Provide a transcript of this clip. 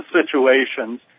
situations